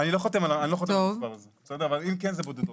אני לא חותם על המספר הזה, אבל אם כן זה בודדות.